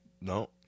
No